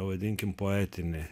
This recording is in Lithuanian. pavadinkim poetinį